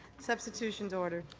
substitution is ordered.